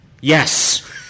Yes